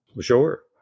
Sure